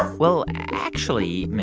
ah well, actually,